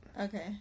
Okay